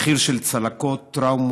מחיר של צלקות, טראומות,